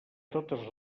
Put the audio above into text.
totes